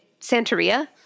Santeria